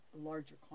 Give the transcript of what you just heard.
larger